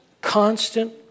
constant